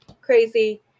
crazy